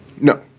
No